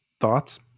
thoughts